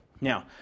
Now